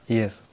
Yes